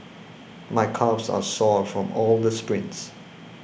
my calves are sore from all the sprints